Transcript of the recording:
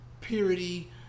purity